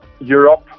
Europe